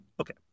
Okay